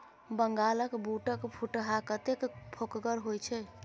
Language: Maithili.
बंगालक बूटक फुटहा कतेक फोकगर होए छै